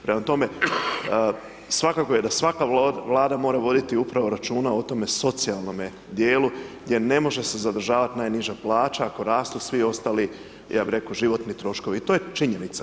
Prema tome, svakako je da svaka Vlada mora voditi upravo računa o tome socijalnome djelu jer ne može se zadržavati najniža plaća ako rastu svi ostali ja bih rekao životni troškovi i to je činjenica.